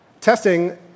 Testing